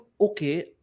okay